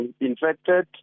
infected